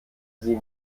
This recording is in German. sie